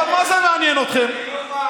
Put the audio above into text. אתם יודעים את האמת, אבל מה זה מעניין אתכם?